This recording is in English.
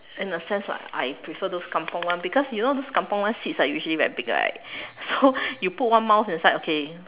in a sense lah I prefer those kampung one because you know those kampung one seeds are usually very big right so you put one mouth inside okay